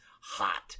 hot